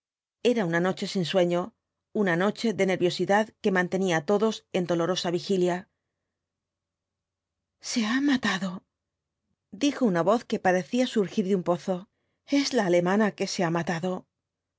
era una noche sin sueño una noche de nerviosidad que mantenía á todos en dolorosa vigilia se ha matado dijo una voz que parecía surgir de un pozo es la alemana que se ha matado